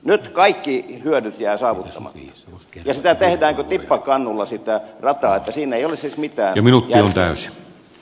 nyt kaikki hyödyt jäävät saavuttamatta ja sitä rataa tehdään kuin tippakannulla niin ettei siinä ole siis mitään järkeä